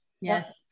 Yes